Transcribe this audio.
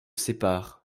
séparent